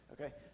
Okay